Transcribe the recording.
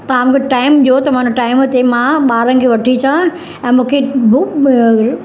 तव्हां मूंखे टाइम ॾियो त मां उन टाइम ते मां ॿारनि खे वठी अचा ऐं मूंखे